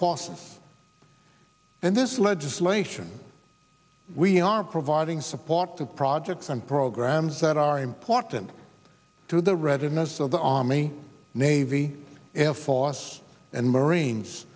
forces and this legislation we are providing support to projects and programs that are important to the residents of the army navy air force and marines